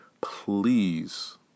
please